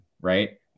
right